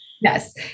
Yes